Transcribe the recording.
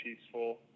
peaceful